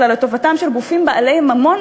אלא לטובתם של גופים בעלי ממון,